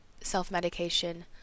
self-medication